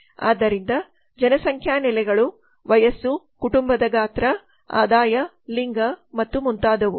ಆದ್ದರಿಂದ ಜನಸಂಖ್ಯಾ ನೆಲೆಗಳು ವಯಸ್ಸು ಕುಟುಂಬದ ಗಾತ್ರ ಆದಾಯ ಲಿಂಗ ಮತ್ತು ಮುಂತಾದವು